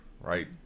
right